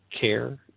CARE